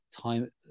time